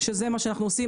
שזה מה שאנחנו עושים,